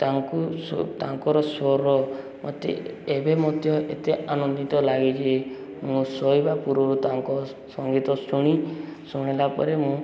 ତାଙ୍କୁ ତାଙ୍କର ସ୍ୱର ମୋତେ ଏବେ ମଧ୍ୟ ଏତେ ଆନନ୍ଦିତ ଲାଗେ ଯେ ମୁଁ ଶୋଇବା ପୂର୍ବରୁ ତାଙ୍କ ସଙ୍ଗୀତ ଶୁଣି ଶୁଣିଲା ପରେ ମୁଁ